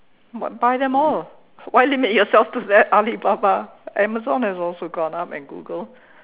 buy them all why limit yourself to that Alibaba Amazon has also gone up and Google